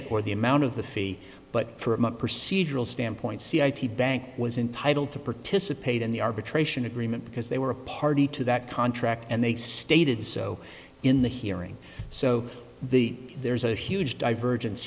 it or the amount of the fee but for a month procedural standpoint c i t bank was entitle to participate in the arbitration agreement because they were a party to that contract and they stated so in the hearing so the there's a huge divergence